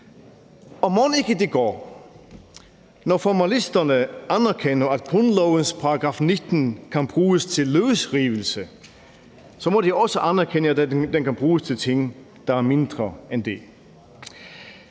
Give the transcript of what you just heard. Mon ikke det går? Når formalisterne anerkender, at grundlovens § 19 kan bruges til løsrivelse, må de også anerkende, at den kan bruges til ting, der er mindre end det.